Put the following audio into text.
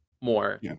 more